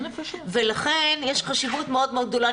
ולכן יש חשיבות מאוד גדולה.